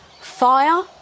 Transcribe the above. fire